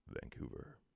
Vancouver